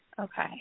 Okay